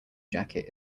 jacket